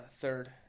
third